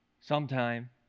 sometime